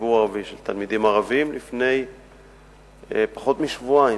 לתלמידים ערבים לפני פחות משבועיים.